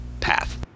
path